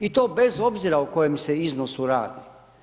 I to bez obzira o kojem se iznosu radi.